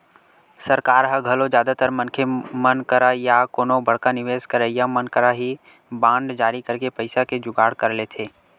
सरकार ह घलो जादातर मनखे मन करा या कोनो बड़का निवेस करइया मन करा ही बांड जारी करके पइसा के जुगाड़ कर लेथे